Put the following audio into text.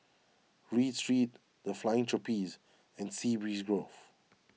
Read Street the Flying Trapeze and Sea Breeze Grove